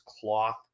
cloth